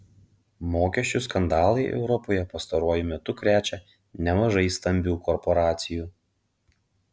mokesčių skandalai europoje pastaruoju metu krečia nemažai stambių korporacijų